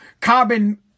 carbon